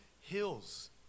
hills